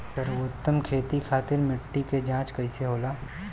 सर्वोत्तम खेती खातिर मिट्टी के जाँच कइसे होला?